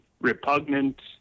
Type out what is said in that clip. repugnant